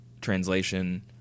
translation